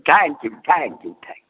thank you thank you thank